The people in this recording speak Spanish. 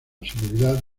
seguridad